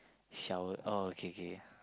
showered oh okay okay